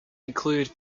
include